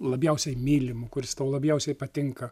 labiausiai mylimu kuris tau labiausiai patinka